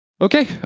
Okay